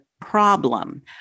problem